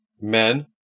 Men